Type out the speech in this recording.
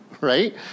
right